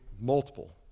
multiple